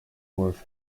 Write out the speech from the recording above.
worth